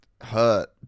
hurt